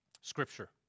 Scripture